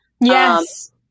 Yes